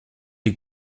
les